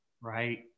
Right